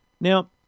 Now